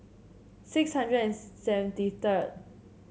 six hundred and seventy third